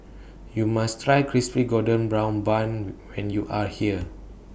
YOU must Try Crispy Golden Brown Bun when when YOU Are here